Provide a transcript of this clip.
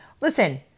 Listen